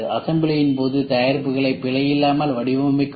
அசம்பிளியின் போது தயாரிப்புகளை பிழையில்லாமல் வடிவமைக்கவும்